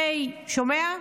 שומע?